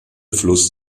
fluss